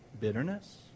bitterness